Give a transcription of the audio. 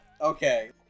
Okay